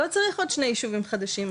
לא צריך עוד שני יישובים חדשים,